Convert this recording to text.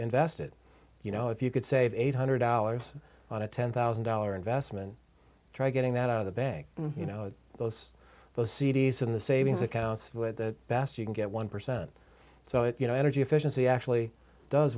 invest it you know if you could save eight hundred dollars on a ten thousand dollar investment try getting that out of the bank you know those those c d s in the savings accounts with the best you can get one percent so if you know energy efficiency actually does